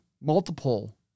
multiple